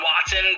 Watson